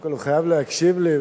קודם כול הוא חייב להקשיב לי,